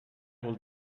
will